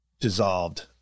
dissolved